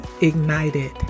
ignited